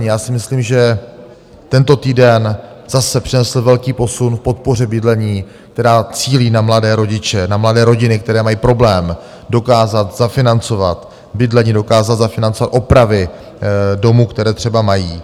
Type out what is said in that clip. Já si myslím, že tento týden zase přinesl velký posun v podpoře bydlení, která cílí na mladé rodiče, na mladé rodiny, které mají problém dokázat zafinancovat bydlení, dokázat zafinancovat opravy domu, které třeba mají.